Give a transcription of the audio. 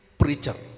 preacher